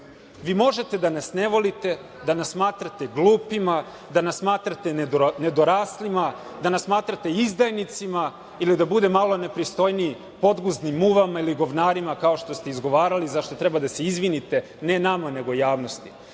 vi možete da nas ne volite, da nas smatrate glupima, da nas smatrate nedoraslima, da nas smatrate izdajnicima ili da budem malo nepristojniji, podguznim muvama ili govnarima, kao što ste izgovarali i za šta treba da se izvinite, ne nama, nego javnosti,